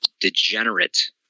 degenerate